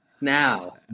Now